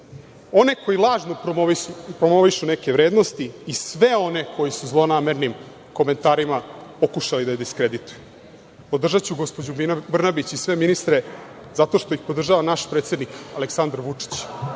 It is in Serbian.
one koji lažno promovišu neke vrednosti i sve one koji su zlonamerni komentarima pokušali da je diskredituju, podržaću gospođu Brnabić i sve ministre, zato što ih podržava naš predsednik Aleksandar Vučić,